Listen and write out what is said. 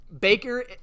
Baker